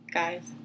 guys